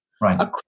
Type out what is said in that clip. Right